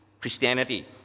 Christianity